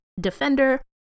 defender